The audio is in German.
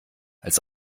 als